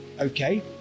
okay